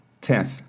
Tenth